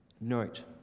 note